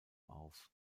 auf